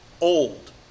old